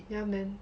yeah man